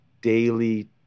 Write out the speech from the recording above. daily